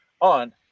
on